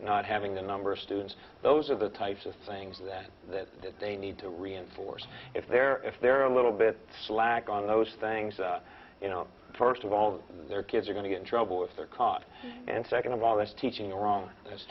not having the number of students those are the types of things that that they need to reinforce if they're if they're a little bit slack on those things first of all their kids are going to get in trouble if they're caught and second of all that's teaching the wrong that's